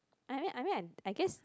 I mean I mean I guess